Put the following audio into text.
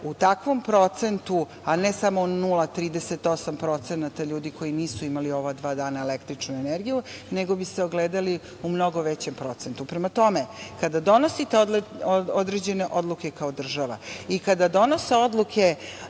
u takvom procentu, a ne samo u 0,38% ljudi koji nisu imali ova dva dana električnu energiju, nego bi se ogledali u mnogo većem procentu. Prema tome, kada donosite određene odluke kao država i kada donose odluke